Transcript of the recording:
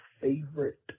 favorite